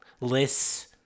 Lists